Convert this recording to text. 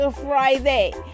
Friday